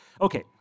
Okay